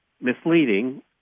misleading